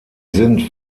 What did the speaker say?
sind